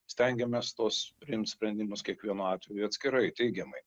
stengiamės tuos priimt sprendimus kiekvienu atveju atskirai teigiamai